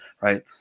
Right